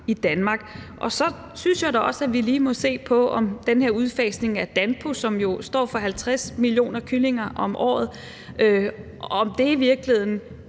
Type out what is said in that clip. i Danmark. Og så synes jeg da også, at vi lige må se på, om den her udfasning hos Danbo, som jo står for 50 millioner kyllinger om året, i virkeligheden